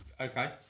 Okay